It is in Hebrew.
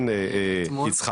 כן, יצחק.